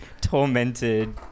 tormented